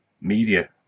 media